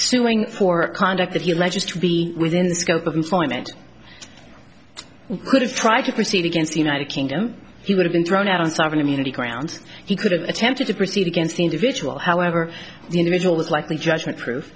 suing for conduct that he ledgers to be within the scope of employment could have tried to proceed against the united kingdom he would have been thrown out on sovereign immunity grounds he could have attempted to proceed against the individual however the individual was likely judgment proof